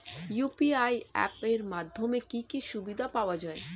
UPI app এর মাধ্যমে কি কি সুবিধা পাওয়া যায়?